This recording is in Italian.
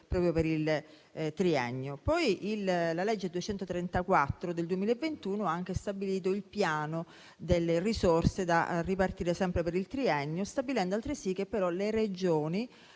proprio per il triennio. La legge n. 234 del 2021 ha anche stabilito il piano delle risorse da ripartire, sempre per il triennio, stabilendo altresì che le Regioni